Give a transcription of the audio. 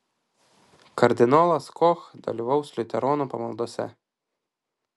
kardinolas koch dalyvaus liuteronų pamaldose